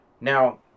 now